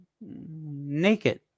naked